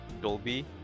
Dolby